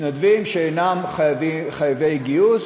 מתנדבים שאינם חייבי גיוס,